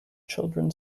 children